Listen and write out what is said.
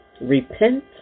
Repent